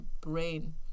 brain